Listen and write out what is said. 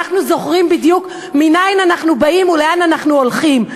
אנחנו זוכרים בדיוק מנין אנחנו באים ולאן אנחנו הולכים,